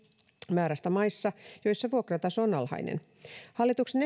määrästä maissa joissa vuokrataso on alhainen hallituksen